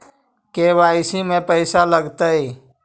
KYC में पैसा लगतै?